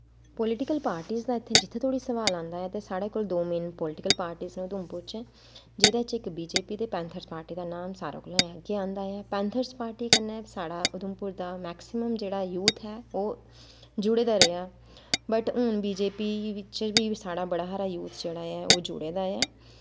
political parties दा जित्थें तक सवाल आंदा ऐ ते साढ़े कोल दो मेन पोलिटिकल पार्टीस न उधमपुर च जेह्दे च इक बी जे पी ते पैंथर्स पार्टी दा नांऽ सारें कोला अग्गें आंदा ऐ पैंथर्स पार्टी कन्नै साढ़ा उधमपुर दा मैक्सिमम जेह्ड़ा यूथ ऐ ओह् जुड़े दा रेहा ऐ बट हून बी जे पी बिच्च बी साढ़ा बड़ा हारा यूथ जेह्ड़ा ऐ ओह् जुड़े दा ऐ